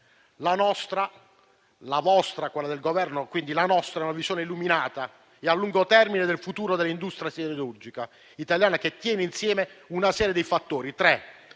lavoro. La visione del Governo, e quindi la nostra, è una visione illuminata e a lungo termine del futuro dell'industria siderurgica italiana che tiene insieme tre serie di fattori: